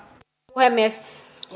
puhemies